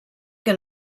que